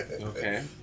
Okay